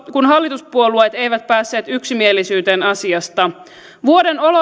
kun hallituspuolueet eivät päässeet yksimielisyyteen asiasta vuoden